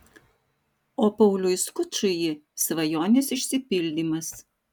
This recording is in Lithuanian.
o pauliui skučui ji svajonės išsipildymas